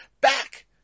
back